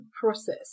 process